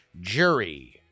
jury